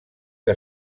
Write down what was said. que